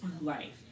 life